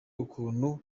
ukuntu